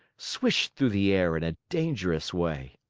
swished through the air in a dangerous way.